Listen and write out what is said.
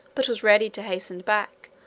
but was ready to hasten back,